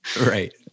Right